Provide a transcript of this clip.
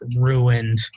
ruined